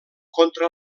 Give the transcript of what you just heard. contra